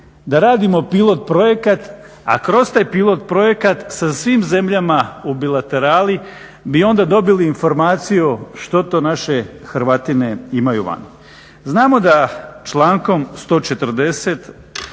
da radimo pilot projekat a kroz taj pilot projekat sa svim zemljama u bilaterali bi onda dobili informaciju što to naše hrvatine imaju vani. Znamo da člankom 140.